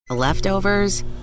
Leftovers